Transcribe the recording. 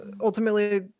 ultimately